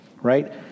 right